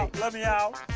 let me out,